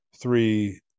three